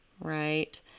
right